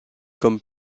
comme